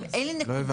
אם אין לי נקודה,